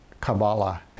Kabbalah